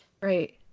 Right